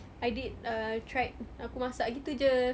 I did err tried aku masak gitu jer